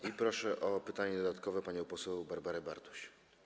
I proszę o pytanie dodatkowe panią poseł Barbarę Bartuś.